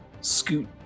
scoot